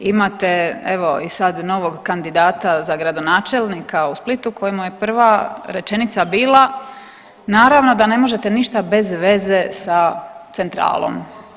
Imate evo i sada novog kandidata za gradonačelnika u Splitu kojemu je prva rečenica bila: „Naravno da ne možete ništa bez veze sa centralom“